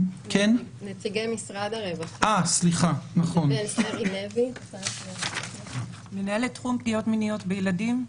נציגי משרד הרווחה אני מנהלת תחום פגיעות מיניות בילדים.